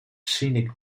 scenic